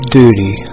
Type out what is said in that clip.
duty